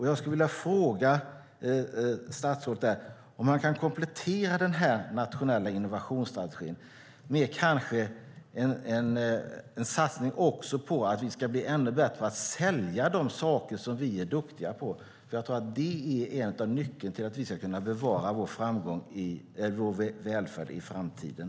Jag skulle vilja fråga statsrådet om man kanske kan komplettera den nationella innovationsstrategin med en satsning på att vi också ska bli ännu bättre på att sälja de saker som vi är duktiga på. Jag tror att det är en av nycklarna till att vi ska kunna bevara vår välfärd i framtiden.